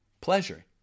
pleasure